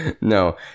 No